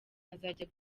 azajya